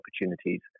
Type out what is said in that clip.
opportunities